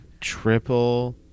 Triple